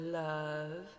love